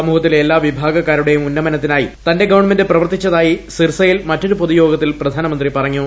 സമൂഹത്തിലെ എല്ലാ വിഭാഗക്കാരുടേയും ഉന്നമനത്തി നായി തന്റെ ഗവൺമെന്റ് പ്രവർത്തിച്ചതായി സിർസയിൽ മറൊരു പൊതുയോഗത്തിൽ പ്രധാനമന്ത്രി പറഞ്ഞു